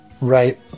Right